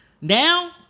now